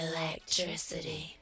Electricity